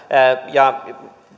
ja